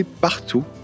partout